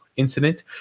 incident